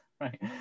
right